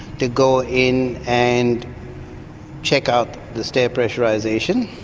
to go in and check out the stair pressurisation.